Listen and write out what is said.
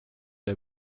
der